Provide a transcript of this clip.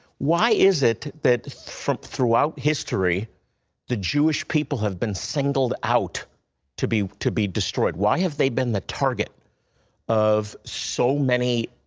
why is it that throughout history the jewish people have been singled out to be to be destroyed? why have they been the target of so many